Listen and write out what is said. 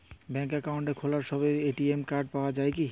ব্যাঙ্কে অ্যাকাউন্ট খোলার সাথেই এ.টি.এম কার্ড পাওয়া যায় কি?